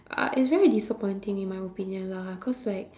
uh it's very disappointing in my opinion lah cause like